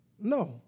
No